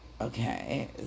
Okay